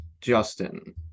Justin